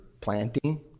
planting